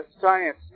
science